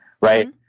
right